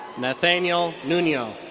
nathaniel nuno.